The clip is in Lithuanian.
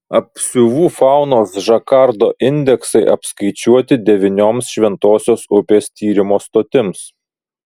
apsiuvų faunos žakardo indeksai apskaičiuoti devynioms šventosios upės tyrimo stotims